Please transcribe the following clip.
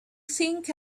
think